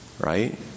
right